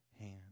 hand